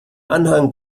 anhang